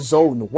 Zone